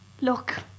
look